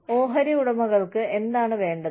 ഓഹരി ഉടമകൾക്ക് എന്താണ് വേണ്ടത്